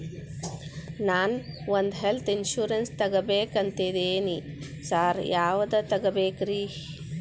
ನಾನ್ ಒಂದ್ health insurance ತಗಬೇಕಂತಿದೇನಿ sir ಯಾವದ ತಗಬೇಕ್ರಿ?